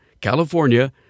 California